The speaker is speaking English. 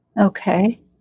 Okay